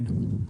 כן,